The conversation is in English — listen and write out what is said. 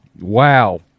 Wow